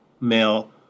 male